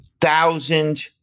thousand